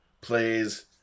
plays